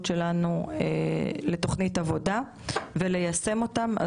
מאוד שלנו לתוכנית עבודה וליישם אותם.